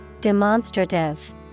Demonstrative